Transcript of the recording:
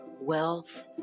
wealth